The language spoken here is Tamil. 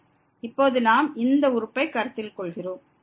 இப்போது நாம் இந்த உறுப்பை கருத்தில் கொள்கிறோம் xn1n1